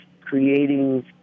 creating